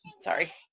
sorry